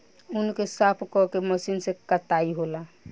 ऊँन के साफ क के मशीन से कताई होला